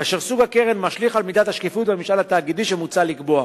כאשר סוג הקרן משליך על מידת השקיפות והממשל התאגידי שמוצע לקבוע.